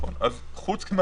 נכון, אז זה המשפט הבא שלי.